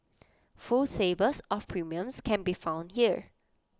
full tables of premiums can be found here